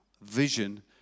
Vision